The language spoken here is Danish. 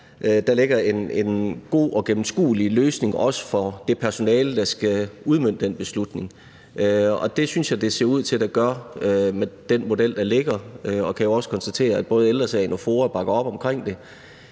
også ligger en god og gennemskuelig løsning for det personale, der skal udmønte den beslutning. Og det synes jeg så at det ser ud til at der gør med den mulighed, der ligger, og jeg kan også konstatere, at både Ældre Sagen og FOA bakker op omkring det.